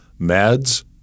meds